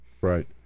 Right